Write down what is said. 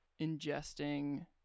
ingesting